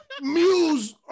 Muse